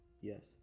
yes